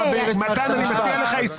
לא ברוב שמעיד על קונצנזוס,